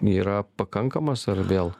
yra pakankamas ar vėl